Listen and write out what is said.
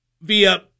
via